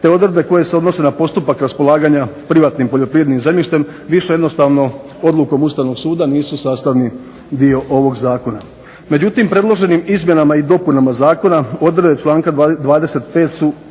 te odredbe koje se odnose na postupak raspolaganja privatnim poljoprivrednim zemljištem više jednostavno odlukom Ustavnog suda nisu sastavni dio ovog zakona. Međutim, predloženim izmjenama i dopunama zakona odredbe članka 25. su